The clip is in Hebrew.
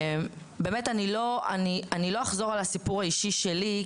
אני לא אחזור על הסיפור האישי שלי,